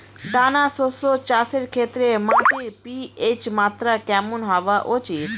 দানা শস্য চাষের ক্ষেত্রে মাটির পি.এইচ মাত্রা কেমন হওয়া উচিৎ?